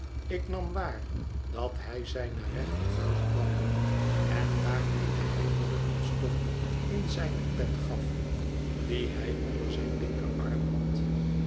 ik nam waar dat hij zijne rechtervuist balde en daarmede heimelijk een stomp in zijne pet gaf die hij onder zijn linkerarm had